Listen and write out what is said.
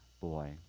boy